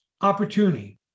opportunity